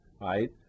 right